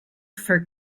for